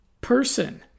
person